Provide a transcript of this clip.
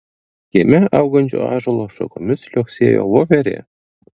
kieme augančio ąžuolo šakomis liuoksėjo voverė